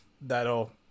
that'll